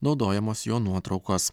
naudojamos jo nuotraukos